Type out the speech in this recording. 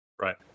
Right